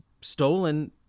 stolen